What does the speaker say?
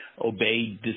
obey